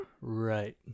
Right